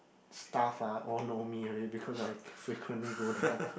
staff ah all know me already because I frequently go down